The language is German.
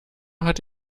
hat